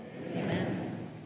Amen